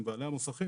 עם בעלי המוסכים.